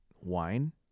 wine